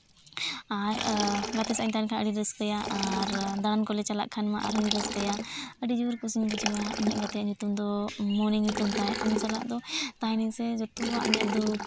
ᱟᱨ ᱜᱟᱛᱮ ᱥᱟᱞᱟᱜ ᱤᱧ ᱛᱟᱦᱮᱱ ᱠᱷᱟᱱ ᱟᱹᱰᱤᱧ ᱨᱟᱹᱥᱠᱟᱹᱭᱟ ᱟᱨ ᱫᱟᱬᱟᱱ ᱠᱚᱞᱮ ᱪᱟᱞᱟᱜ ᱠᱷᱟᱱ ᱢᱟ ᱟᱨᱦᱚᱸᱧ ᱨᱟᱹᱥᱠᱟᱹᱭᱟ ᱟᱹᱰᱤ ᱡᱳᱨ ᱠᱩᱥᱤᱧ ᱵᱩᱡᱷᱟᱹᱣᱟ ᱤᱧᱤᱡ ᱜᱟᱛᱮᱭᱟᱜ ᱧᱩᱛᱩᱢ ᱫᱚ ᱩᱢᱩᱞ ᱧᱩᱛᱩᱢ ᱛᱟᱭ ᱩᱱᱤ ᱥᱟᱞᱟᱜ ᱫᱚ ᱛᱟᱦᱮᱱᱟᱹᱧ ᱥᱮ ᱡᱚᱛᱚᱣᱟᱜ ᱤᱧᱟᱹᱜ ᱫᱚ